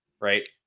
right